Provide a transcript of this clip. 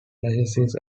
analysis